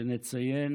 שנציין